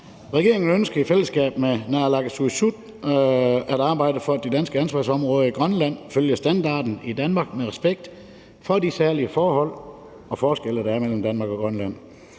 Regeringen ønsker i fællesskab med naalakkersuisut at arbejde for, at de danske ansvarsområder i Grønland følger standarden i Danmark med respekt for de særlige forhold og forskelle, der er mellem Danmark og Grønland.